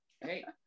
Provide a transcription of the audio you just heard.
hey